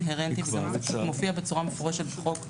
מופיע בצורה מפורשת בחוק,